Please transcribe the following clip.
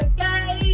Okay